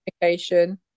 communication